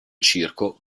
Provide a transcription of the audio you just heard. circo